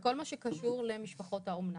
בכל מה שקשור למשפחות האומנה,